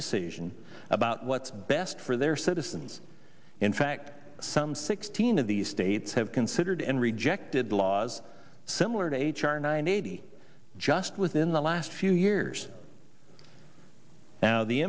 decision about what's best for their citizens in fact some sixteen of these states have considered and rejected the laws similar to h r nine eighty just within the last few years now the